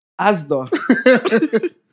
Asda